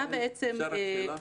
אפשר שאלה?